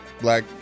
Black